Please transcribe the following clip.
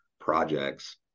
projects